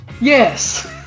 Yes